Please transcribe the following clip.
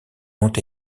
ont